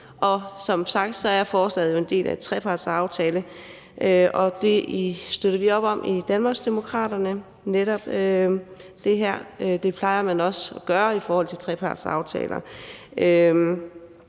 Som sagt er forslaget jo en del af en trepartsaftale, og det støtter vi op om i Danmarksdemokraterne. Det plejer man netop også at gøre i forhold til trepartsaftaler.